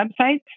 websites